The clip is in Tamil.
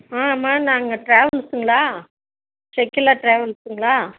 ஆ அம்மா நாங்கள் ட்ராவல்ஸுங்களா ஷெக்கிலா ட்ராவல்ஸுங்களா